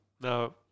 now